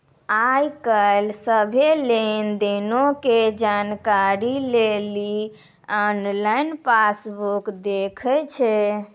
आइ काल्हि सभ्भे लेन देनो के जानकारी लेली आनलाइन पासबुक देखै छै